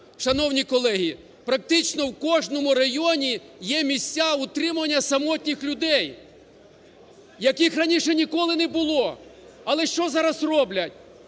шановні колеги, практично в кожному районі є місця утримування самотніх людей, яких раніше ніколи не було. Але що зараз роблять?